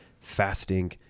fasting